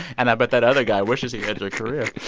and i bet that other guy wishes he had your career